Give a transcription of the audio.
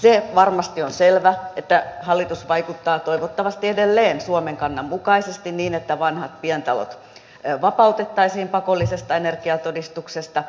se varmasti on selvä että hallitus vaikuttaa toivottavasti edelleen suomen kannan mukaisesti niin että vanhat pientalot vapautettaisiin pakollisesta energiatodistuksesta